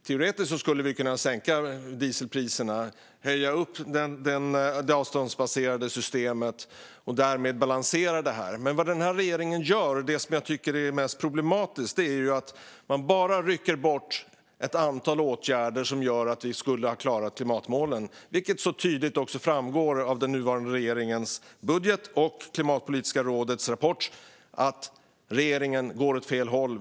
Teoretiskt skulle vi kunna sänka dieselpriserna och höja avgifterna i det avståndsbaserade systemet och därmed balansera detta. Det regeringen gör - och det jag tycker är mest problematiskt - är dock att den rycker bort ett antal åtgärder som hade gjort att vi klarade klimatmålen. Det framgår tydligt av den nuvarande regeringens budget och av Klimatpolitiska rådets rapport att regeringen går åt fel håll.